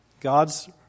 God's